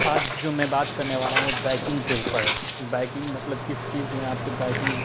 آج جو میں بات کرنے والا ہوں وہ بائکنگ کے اوپر ہے بائکنگ مطلب کس چیز نے آپ کو بائکنگ